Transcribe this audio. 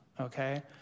okay